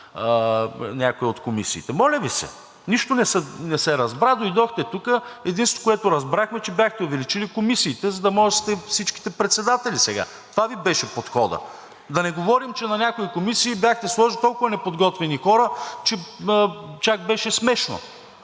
някоя от комисиите. Моля Ви се, нищо не се разбра. Дойдохте тук и единственото, което разбрахме, е, че бяхте увеличили комисиите, за да може всички да сте председатели сега. Това Ви беше подходът. Да не говорим, че на някои комисии бяхте сложили толкова неподготвени хора, че чак беше смешно.